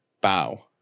bow